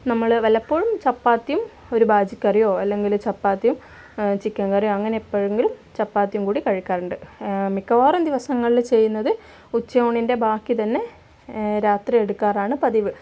നമ്മൾ വല്ലപ്പോഴും ചപ്പാത്തിയും ഒരു ബാജിക്കറിയോ അല്ലെങ്കിൽ ചപ്പാത്തിയും ചിക്കൻ കറിയോ അങ്ങനെ എപ്പൊഴെങ്കിലും ചപ്പാത്തിയും കൂടി കഴിക്കാറുണ്ട് മിക്കവാറും ദിവസങ്ങളിൽ ചെയ്യുന്നത് ഉച്ചയൂണിൻ്റെ ബാക്കി തന്നെ രാത്രി എടുക്കാറാണ് പതിവ്